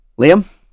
Liam